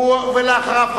ואחריו,